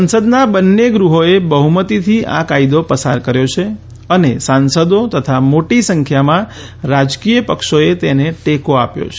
સંસદનાં બન્ને ગૃહોચે બહ્મતીથી આ કાયદો પસાર કર્યો છે અને સાંસદો તથા મોટી સંખ્યામાં રાજકીય પક્ષોએ તેને ટેકો આપ્યો છે